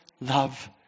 love